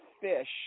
fish